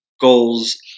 goals